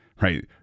right